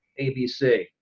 ABC